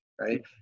right